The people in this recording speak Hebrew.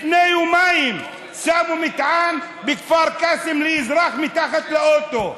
לפני יומיים שמו מטען בכפר קאסם לאזרח מתחת לאוטו,